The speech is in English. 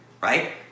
right